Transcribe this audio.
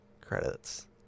credits